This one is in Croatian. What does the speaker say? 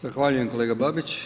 Zahvaljujem, kolega Babić.